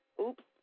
oops